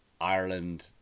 Ireland